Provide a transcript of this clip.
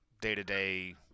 day-to-day